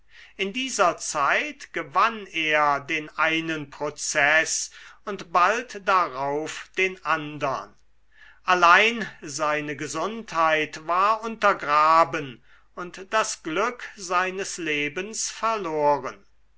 in dieser zeit gewann er den einen prozeß und bald darauf den andern allein seine gesundheit war untergraben und das glück seines lebens verloren